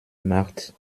macht